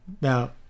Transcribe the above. Now